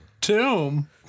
Tomb